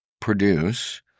produce